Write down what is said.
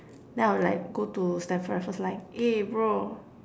then I'll like go to Stamford-Raffles like eh bro